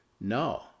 no